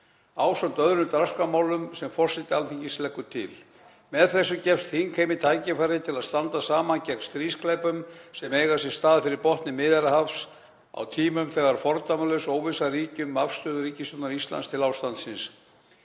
ásamt öðrum dagskrármálum sem forseti Alþingis leggur til. Með þessu gefst þingheimi tækifæri til að standa saman gegn stríðsglæpum sem eiga sér stað fyrir botni Miðjarðarhafs á tímum þegar fordæmalaus óvissa ríkir um afstöðu ríkisstjórnar Íslands til ástandsins.